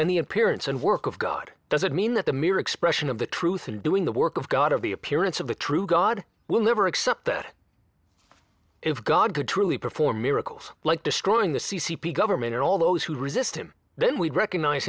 the appearance and work of god does it mean that the mere expression of the truth and doing the work of god of the appearance of the true god will never accept that if god could truly perform miracles like destroying the c c p government and all those who resist him then we'd recognize